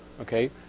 okay